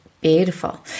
beautiful